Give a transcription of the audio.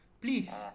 Please